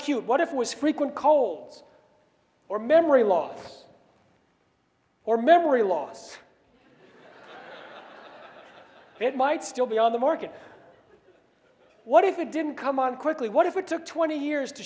cute what if it was frequent colds or memory loss or memory loss it might still be on the market what if it didn't come on quickly what if it took twenty years to